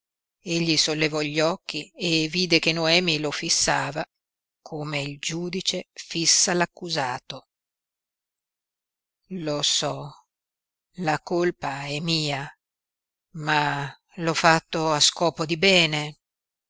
egli sollevò gli occhi e vide che noemi lo fissava come il giudice fissa l'accusato lo so la colpa è mia ma l'ho fatto a scopo di bene